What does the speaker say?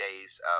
days